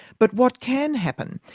but what can happen.